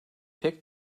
pek